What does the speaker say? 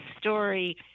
story